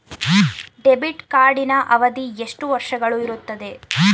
Debit ಕಾರ್ಡಿನ ಅವಧಿ ಎಷ್ಟು ವರ್ಷಗಳು ಇರುತ್ತದೆ?